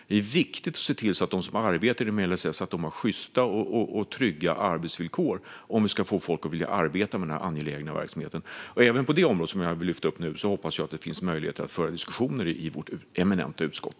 Det är viktigt att se till att de som arbetar inom LSS har sjysta och trygga arbetsvillkor om vi ska få folk att vilja arbeta med denna angelägna verksamhet. Även på detta område, som jag nu vill lyfta upp, hoppas jag att det finns möjligheter att föra diskussioner i vårt eminenta utskott.